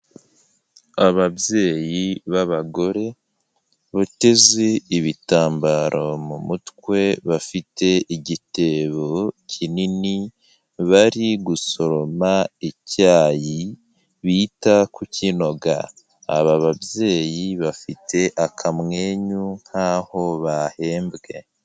Ababyeyi b'abagore bateze ibitambaro mu mutwe, bafite igitebo kinini bari gusoroma icyayi, bita kukinoga, aba babyeyi bafite akamwenyu nk'aho bahembwe.